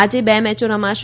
આજે બે મેચો રમાશે